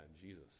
Jesus